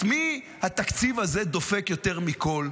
את מי התקציב הזה דופק יותר מכול?